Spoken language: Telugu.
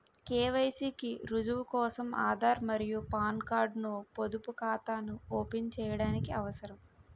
కె.వై.సి కి రుజువు కోసం ఆధార్ మరియు పాన్ కార్డ్ ను పొదుపు ఖాతాను ఓపెన్ చేయడానికి అవసరం